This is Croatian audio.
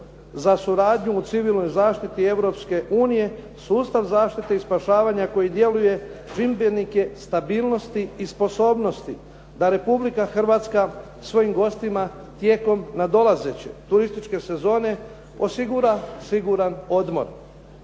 za suradnju u civilnoj zaštiti Europske unije, sustav zaštite i spašavanja koji djeluje čimbenik je stabilnosti i sposobnosti da Republika Hrvatska svojim gostima tijekom nadolazeće turističke sezone osigura siguran odmor,